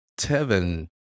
Tevin